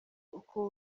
uko